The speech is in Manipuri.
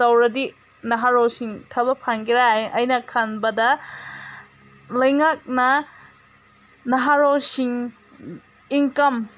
ꯇꯧꯔꯗꯤ ꯅꯍꯥꯔꯣꯜꯁꯤꯡ ꯊꯕꯛ ꯐꯪꯒꯦꯔ ꯑꯩꯅ ꯈꯟꯕꯗ ꯂꯩꯉꯥꯛꯅ ꯅꯍꯥꯔꯣꯜꯁꯤꯡ ꯏꯡꯀꯝ